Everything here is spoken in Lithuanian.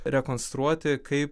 rekonstruoti kaip